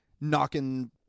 knocking